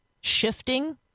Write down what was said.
shifting